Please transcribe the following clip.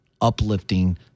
uplifting